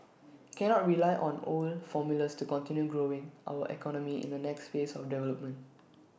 cannot rely on own formulas to continue growing our economy in the next phase of development